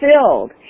filled